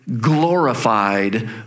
glorified